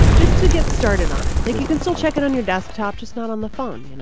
just to get started on it. like, you can still check it on your desktop, just not on the phone,